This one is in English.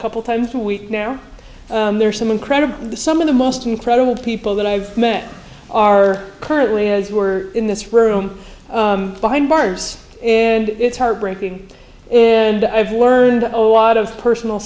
couple times a week now there are some incredible some of the most incredible people that i've met are currently has were in this room behind bars and it's heartbreaking and i've learned a lot of personal